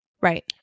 Right